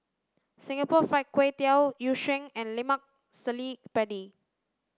Singapore fried kway tiao yu sheng and lemak cili padi